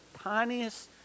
tiniest